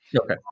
okay